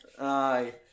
aye